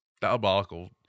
diabolical